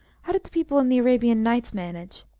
how did the people in the arabian nights manage?